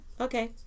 Okay